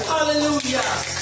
Hallelujah